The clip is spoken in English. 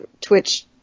Twitch